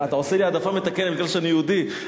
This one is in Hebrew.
אתה עושה לי העדפה מתקנת מפני שאני יהודי?